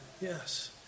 Yes